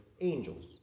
angels